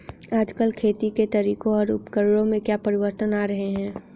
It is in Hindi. आजकल खेती के तरीकों और उपकरणों में क्या परिवर्तन आ रहें हैं?